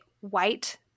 white